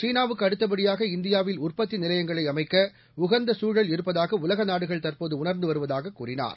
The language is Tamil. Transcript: சீனாவுக்கு அடுத்தபடியாக இந்தியாவில் உற்பத்தி நிலையங்களை அமைக்க உகந்த சூழல் இருப்பதாக உலக நாடுகள் தற்போது உணர்ந்து வருவதாக கூறினார்